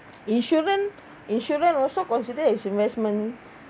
insurance insurance also consider is investment